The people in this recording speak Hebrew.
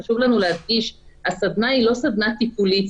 חשוב לנו להדגיש שהסדנה היא לא סדנה טיפולית.